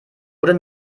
oder